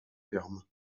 terme